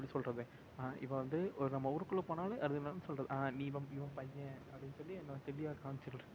எப்படி சொல்கிறது இப்போ வந்து ஒரு நம்ம ஊருக்குள்ளே அது போனால் அது என்னன்னு சொல்கிறது நீ இவன் இவன் பையன் அப்படின்னு சொல்லி எங்களைத் தெளிவாகக் காண்மிச்சுக் கொடு